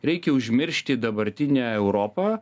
reikia užmiršti dabartinę europą